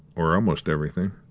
or almost everything.